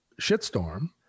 shitstorm